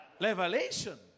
Revelation